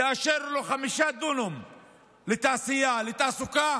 תאשרו לו חמישה דונם לתעשייה, לתעסוקה,